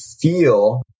feel